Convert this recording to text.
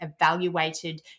evaluated